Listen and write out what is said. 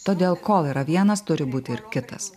todėl kol yra vienas turi būti ir kitas